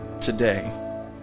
today